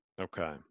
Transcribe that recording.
Okay